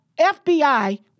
FBI